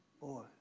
boy